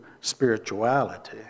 spirituality